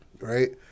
Right